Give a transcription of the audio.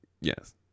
Yes